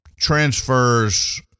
transfers